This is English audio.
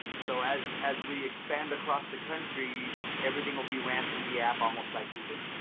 so as as we expand across the country, everything will be ran through the app almost like uber.